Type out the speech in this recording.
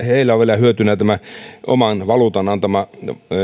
heillä on vielä hyötynä oman valuutan antama